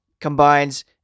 combines